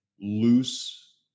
loose